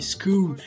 School